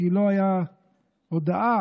כי לא הייתה הודעה